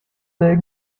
they